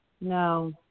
No